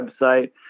website